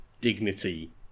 dignity